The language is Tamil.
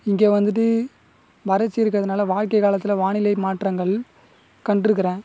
இங்கே வந்துட்டு வறட்சி இருக்கிறதுனால வாழ்க்கை காலத்தில் வானிலை மாற்றங்கள் கண்டுருக்கிறேன்